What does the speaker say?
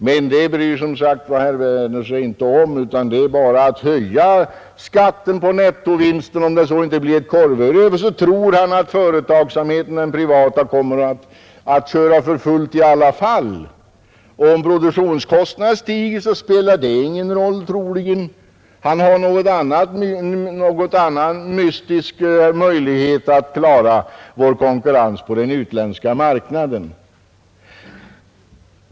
Men det bryr sig herr Werner som sagt inte om. Det är bara att höja skatten på nettovinsten. Även om det inte blir ett korvöre över tror han att den privata företagsamheten kommer att köra för fullt i alla fall. Om produktionskostnaderna stiger, spelar det tydligen ingen roll. Han har någon annan mystisk möjlighet att klara vår konkurrens på den utländska marknaden.